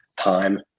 time